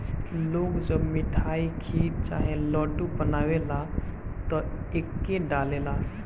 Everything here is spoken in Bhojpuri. लोग जब मिठाई, खीर चाहे लड्डू बनावेला त एके डालेला